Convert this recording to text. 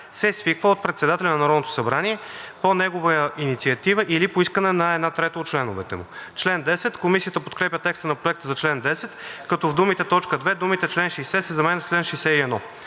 се свиква от председателя на Народното събрание по негова инициатива или по искане на една трета от членовете му.“ Комисията подкрепя текста на проекта за чл. 10, като в т. 2 думите „чл. 60“ се заменят с „чл. 61“.